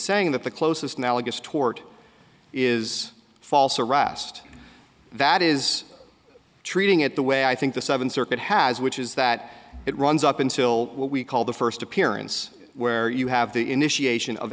saying that the closest analogous tort is false arrest that is treating it the way i think the seventh circuit has which is that it runs up until what we call the first appearance where you have the initiation of